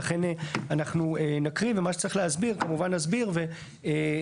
ולכן אנחנו נקריא ומה שצריך להסביר כמובן נסביר ונשמע,